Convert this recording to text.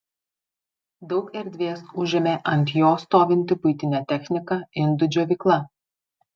daug erdvės užėmė ant jo stovinti buitinė technika indų džiovykla